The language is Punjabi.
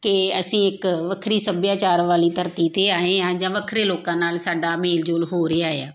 ਕਿ ਅਸੀਂ ਇੱਕ ਵੱਖਰੀ ਸੱਭਿਆਚਾਰ ਵਾਲੀ ਧਰਤੀ 'ਤੇ ਆਏ ਹਾਂ ਜਾਂ ਵੱਖਰੇ ਲੋਕਾਂ ਨਾਲ ਸਾਡਾ ਮੇਲ ਜੋਲ ਹੋ ਰਿਹਾ ਆ